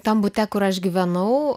tam bute kur aš gyvenau